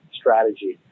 strategy